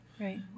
right